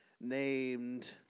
named